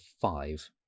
five